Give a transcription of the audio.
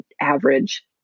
average